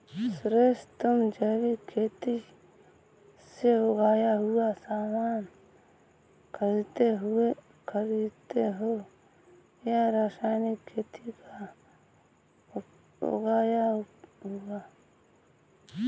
सुरेश, तुम जैविक खेती से उगाया हुआ सामान खरीदते हो या रासायनिक खेती का उगाया हुआ?